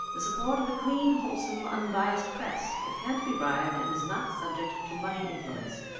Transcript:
the support of a clean, wholesome unbiassed press that can't be bribed and is not subject to money influence.